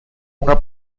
una